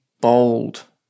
bold